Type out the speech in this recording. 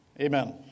Amen